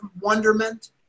wonderment